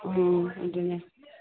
ꯎꯝ ꯑꯗꯨꯅꯦ